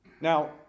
Now